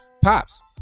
Pops